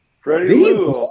freddie